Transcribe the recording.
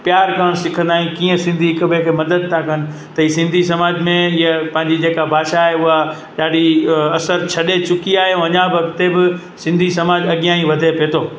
प्यारु करणु सिखंदा आहियूं कीअं सिंधी हिक ॿिए खे मदद था कनि त इहा सिंधी समाज में इहा पंहिंजी जेका भाषा आहे उहा ॾाढी असर छॾे चुकी आहे ऐं अञा बि अॻिते बि सिंधी समाज अॻियां ई वधे पियो थो